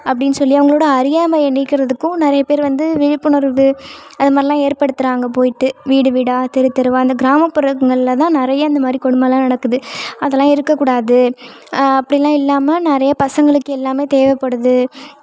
அப்டின்னு சொல்லி அவங்களோட அறியாமையை நீக்கிறதுக்கும் நிறைய பேர் வந்து விழிப்புணர்வு அதமாதிரிலாம் ஏற்படுத்துகிறாங்க போய்ட்டு வீடு வீடாக தெருத்தெருவாக அந்த கிராமப்புறங்களில் தான் நிறையா இந்தமாதிரி கொடுமைல்லாம் நடக்குது அதல்லாம் இருக்கக்கூடாது அப்படிலாம் இல்லாமல் நிறையா பசங்களுக்கு எல்லாம் தேவைப்படுது